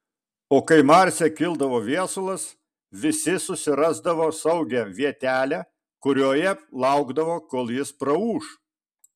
o kai marse kildavo viesulas visi susirasdavo saugią vietelę kurioje laukdavo kol jis praūš